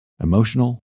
Emotional